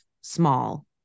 small